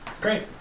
Great